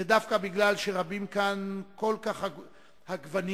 ודווקא בגלל שרבים כאן כל כך הגוונים,